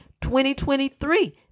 2023